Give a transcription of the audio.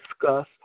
discuss